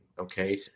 okay